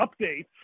updates